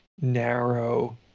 narrow